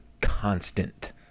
constant